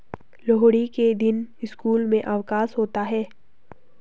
लोहड़ी के दिन स्कूल में अवकाश होता है